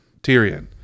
Tyrion